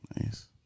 Nice